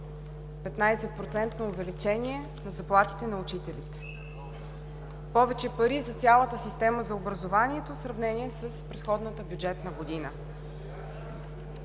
увеличение заплатите на учителите, повече пари за цялата система за образованието в сравнение с предходната учебна година,